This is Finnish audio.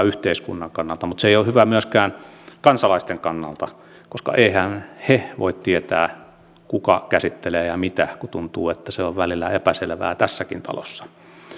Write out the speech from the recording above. yhteiskunnan kannalta mutta se ei ole hyvä myöskään kansalaisten kannalta koska eiväthän he voi tietää kuka käsittelee ja ja mitä kun tuntuu että se on välillä epäselvää tässäkin talossa